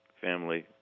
family